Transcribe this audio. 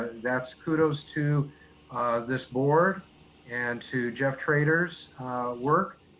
that's kudos to this board and to jeff trader's work.